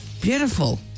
Beautiful